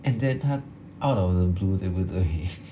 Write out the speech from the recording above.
and then 他 out of the blue 对不对